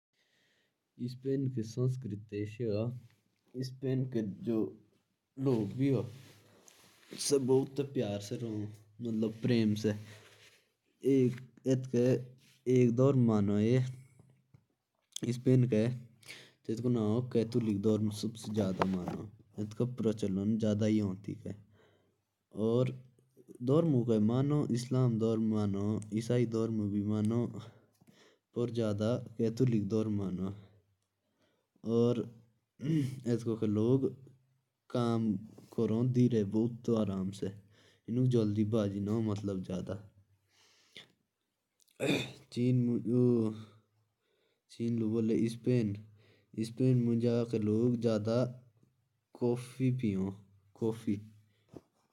स्पेन की संस्कृति ऐसी है। यहाँ लोग एक-दूसरे के साथ प्यार से रहते हैं। और कैथोलिक धर्म यहाँ ज़्यादा मानते हैं। और काम आराम से करते हैं।